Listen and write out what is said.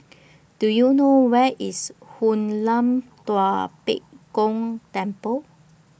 Do YOU know Where IS Hoon Lam Tua Pek Kong Temple